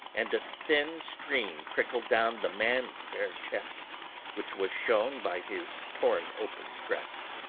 and a thin stream trickled down the man's bare breast which was shown by his torn-open dress.